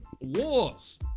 wars